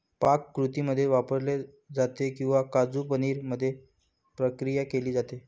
पाककृतींमध्ये वापरले जाते किंवा काजू पनीर मध्ये प्रक्रिया केली जाते